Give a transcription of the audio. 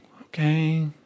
okay